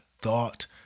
thought